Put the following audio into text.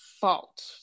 fault